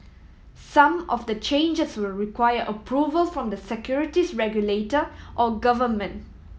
some of the changes will require approval from the securities regulator or government